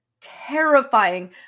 terrifying